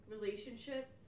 relationship